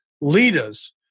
leaders